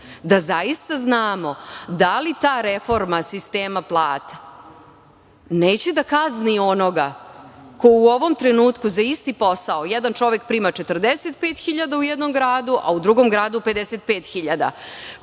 da zaista znamo da li ta reforma sistema plata neće da kazni onoga ko u ovom trenutku za isti posao, jedan čovek prima 45 hiljada u jednom gradu a u drugom gradu 55